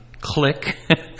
click